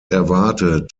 erwartet